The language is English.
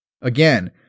Again